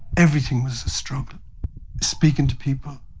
everything was a struggle speaking to people,